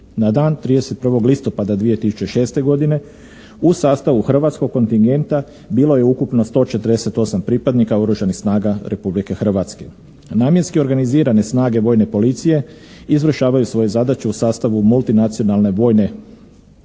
Na dan 31. listopada 2006. godine u sastavu hrvatskog kontingenta bilo je ukupno 148 pripadnika Oružanih snaga Republike Hrvatske. Namjenski organizirane snage Vojne policije izvršavaju svoje zadaće u sastavu multinacionalne Vojne policije